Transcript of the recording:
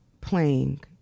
playing